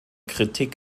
kritik